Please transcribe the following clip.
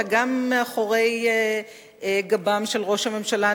אלא גם מאחורי גבם של ראש הממשלה,